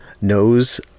knows